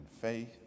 faith